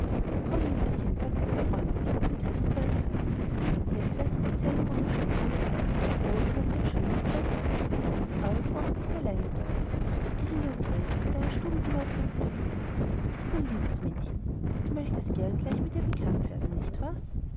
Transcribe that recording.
komm liebes kind sagte sie freundlich und ergriff sie bei der hand jetzt werde ich dir zeigen wo du schläfst o du hast ein schönes großes zimmer aber du wohnst nicht allein dort ellinor grey wird deine stubengenossin sein sie ist ein liebes mädchen du möchtest gern gleich mit ihr bekannt werden nicht wahr